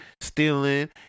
stealing